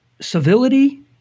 civility